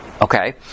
Okay